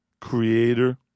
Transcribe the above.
creator